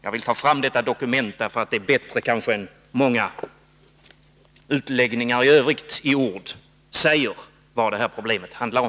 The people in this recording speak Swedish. Jag vill ta fram detta dokument, därför att det kanske bättre än många utläggningar i Övrigt i ord säger vad det här problemet handlar om.